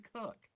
Cook